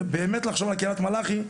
ובאמת לחשוב על קריית מלאכי,